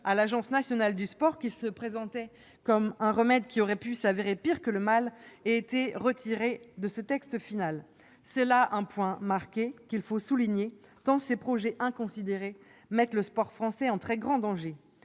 l'Agence nationale du sport, lequel se présentait comme un remède qui aurait pu s'avérer pire que le mal, ait été retiré de ce texte final. C'est là une avancée qu'il convient de souligner, tant ces projets inconsidérés mettent le sport français en très grand danger.